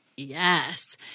Yes